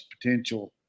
potential